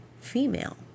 female